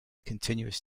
continuous